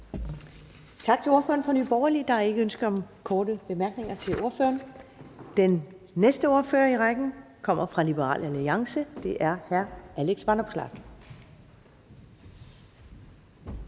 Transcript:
Tak til ordføreren fra Nye Borgerlige. Der er ikke ønske om korte bemærkninger til ordføreren. Den næste ordfører i rækken kommer fra Liberal Alliance, og det er hr. Alex Vanopslagh.